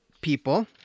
people